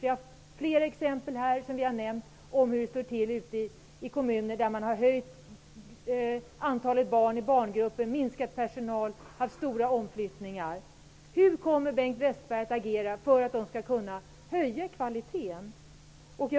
Det har i debatten nämnts flera exempel på hur det står till ute i kommuner där man har ökat antalet barn i barngrupper, minskat personal och haft stora omflyttningar. Hur kommer Bengt Westerberg att agera för att de skall kunna höja kvaliteten?